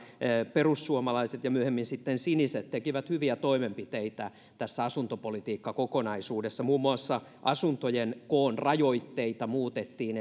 perussuomalaiset ja myöhemmin sitten siniset tekivät hyviä toimenpiteitä tässä asuntopolitiikkakokonaisuudessa muun muassa asuntojen koon rajoitteita muutettiin